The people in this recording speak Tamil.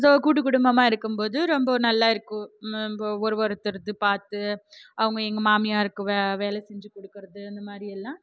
ஸோ கூட்டு குடும்பமாக இருக்கும்போது ரொம்ப நல்லாயிருக்கு நம்ம ஒருவொருத்தருக்கு பார்த்து அவங்க எங்கள் மாமியார்க்கு வே வேலை செஞ்சு கொடுக்குறது இந்தமாதிரியெல்லாம்